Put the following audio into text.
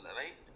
right